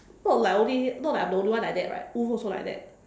not like only not like I'm the only one like that right Woo also like that